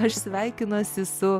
aš sveikinuosi su